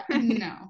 no